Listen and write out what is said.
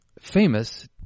famous